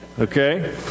Okay